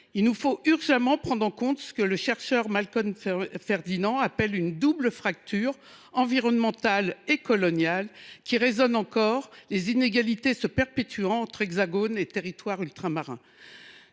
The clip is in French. Il nous faut urgemment prendre en compte ce que le chercheur Malcolm Ferdinand appelle une double fracture environnementale et coloniale qui résonne encore, les inégalités se perpétuant entre l’Hexagone et les territoires ultramarins.